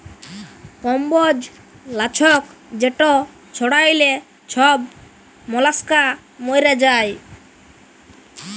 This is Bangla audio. কম্বজ লাছক যেট ছড়াইলে ছব মলাস্কা মইরে যায়